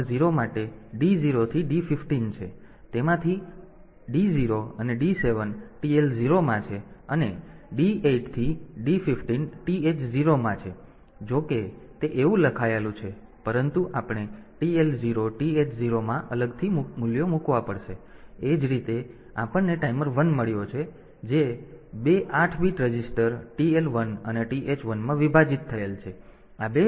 તેથી ટાઈમર 0 માટે D0 થી D15 છે તેમાંથી D0 થી D7 TL 0 માં છે અને D 8 થી D 15 TH 0 માં છે જો કે તે એવું લખાયેલું છે પરંતુ આપણે TL 0 TH 0 માં અલગથી મૂલ્યો મૂકવા પડશે અને એ જ રીતે આપણને ટાઈમર 1 મળ્યો છે જે 2 8 બીટ રજીસ્ટર TL 1 અને TH 1 માં વિભાજિત થયેલ છે